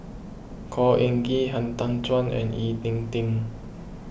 Khor Ean Ghee Han Tan Juan and Ying E Ding